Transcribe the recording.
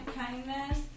kindness